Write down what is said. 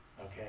okay